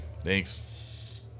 thanks